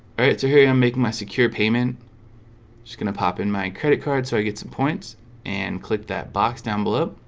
alright, so here i'm making my secure payment just gonna pop in my credit card so i get some points and click that box down below